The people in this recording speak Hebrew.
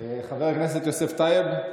חבר הכנסת יוסף טייב,